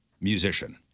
musician